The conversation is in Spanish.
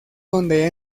donde